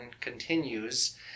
continues